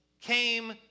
came